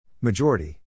Majority